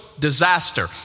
Disaster